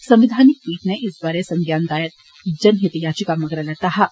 संवैधानिक पीठ नै इस बारै संज्ञान दायर जनहित याचिका मगरा लैता हा